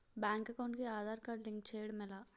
Bank account కి Aadhaar card link చేయడం ఎలా?